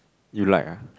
you like ah